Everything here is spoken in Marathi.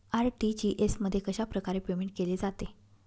आर.टी.जी.एस मध्ये कशाप्रकारे पेमेंट केले जाते?